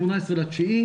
18.9,